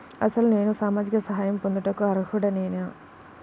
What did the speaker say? అసలు నేను సామాజిక సహాయం పొందుటకు అర్హుడనేన?